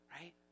right